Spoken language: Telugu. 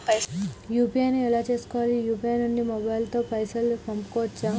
యూ.పీ.ఐ ను ఎలా చేస్కోవాలి యూ.పీ.ఐ నుండి మొబైల్ తో పైసల్ పంపుకోవచ్చా?